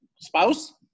spouse